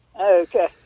Okay